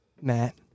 Matt